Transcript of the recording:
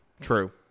True